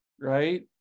right